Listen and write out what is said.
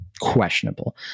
questionable